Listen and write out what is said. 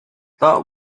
that